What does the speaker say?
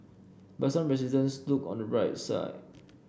but some residents look on the bright side